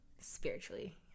spiritually